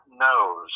knows